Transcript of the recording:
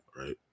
right